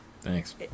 thanks